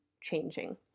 changing